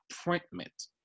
appointment